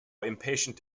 impatient